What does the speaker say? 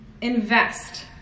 Invest